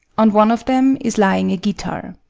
on one of them is lying a guitar.